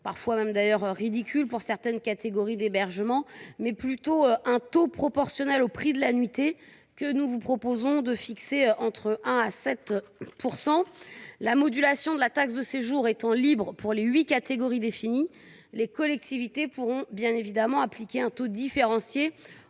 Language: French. parfois ridicule pour certaines catégories d’hébergement –, mais plutôt un taux proportionnel au prix de la nuitée, que nous souhaitons fixer entre 1 % et 7 %. La modulation de la taxe de séjour étant libre pour les huit catégories définies, les collectivités pourront appliquer un taux différencié